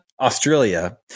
Australia